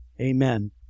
Amen